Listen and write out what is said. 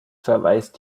verweist